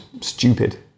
stupid